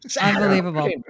Unbelievable